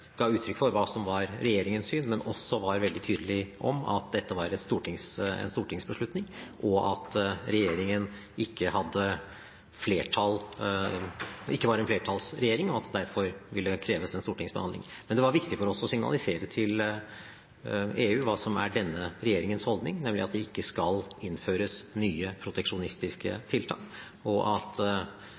ga jeg uttrykk for hva som var regjeringens syn, men var også veldig tydelig på at dette var en stortingsbeslutning, at regjeringen ikke var en flertallsregjering, og at det derfor ville kreves en stortingsbehandling. Men det var viktig for oss å signalisere til EU hva som er denne regjeringens holdning, nemlig at det ikke skal innføres nye proteksjonistiske tiltak, og at